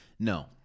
No